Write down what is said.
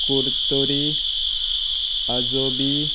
कुर्तुोरी आजोबी